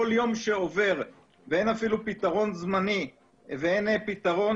כל יום שעובר ואין אפילו פתרון זמני ואין פתרון